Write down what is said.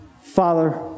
Father